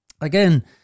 again